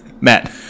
Matt